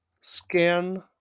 scan